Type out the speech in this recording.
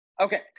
Okay